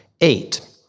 Eight